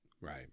Right